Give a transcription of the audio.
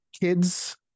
kids